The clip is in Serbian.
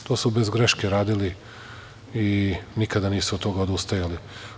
To su bez greške radili i nikada nisu od toga odustajali.